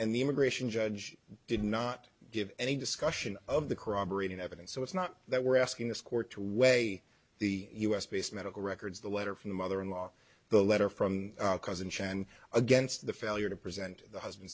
and the immigration judge did not give any discussion of the corroborating evidence so it's not that we're asking this court to weigh the us based medical records the letter from the mother in law the letter from cousin chen against the failure to present the husband